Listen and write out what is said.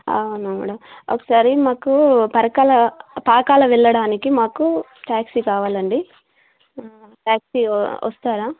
అవునా మేడం ఒకసారి మాకు పరకాల పాకాల వెళ్ళడానికి మాకు టాక్సీ కావాలండీ టాక్సీ వస్తారా